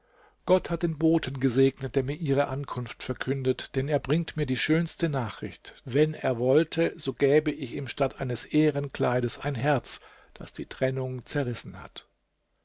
gott hat den boten gesegnet der mir ihre ankunft verkündet denn er bringt mir die schönste nachricht wenn er wollte so gäbe ich ihm statt eines ehrenkleides ein herz das die trennung zerrissen hat